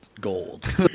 gold